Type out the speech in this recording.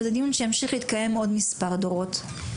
וזה דיון שימשיך להתקיים בעוד מספר דורות.